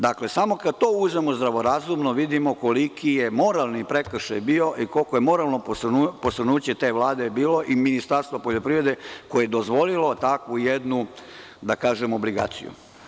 Dakle, samo kada to uzmemo zdravorazumno, vidimo koliki je moralni prekršaj bio i koliko je moralno posrnuće te Vlade bilo i Ministarstva poljoprivrede koje je dozvolilo takvu jednu, da tako kažem, obligaciju.